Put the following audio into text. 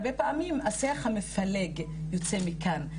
הרבה פעמים השיח המפלג יוצא מכאן,